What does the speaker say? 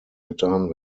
getan